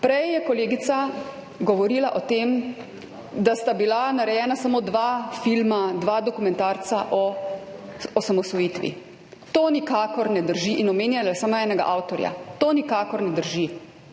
Prej je kolegica govorila o tem, da sta bila narejena samo dva filma, dva dokumentarca o osamosvojitvi. To nikakor ne drži. In omenjala je samo enega avtorja. To nikakor ne drži.